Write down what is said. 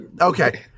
okay